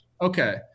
Okay